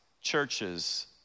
churches